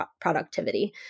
productivity